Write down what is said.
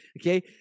Okay